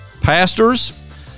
pastors